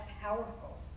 powerful